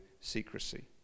secrecy